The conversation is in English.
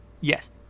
Yes